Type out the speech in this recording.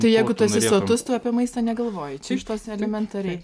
tai jeigu tu esi sotus tu apie maistą negalvoji čia iš tos elementariai